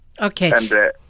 okay